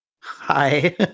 Hi